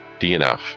DNF